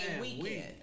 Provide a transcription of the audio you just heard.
weekend